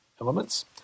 elements